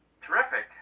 Terrific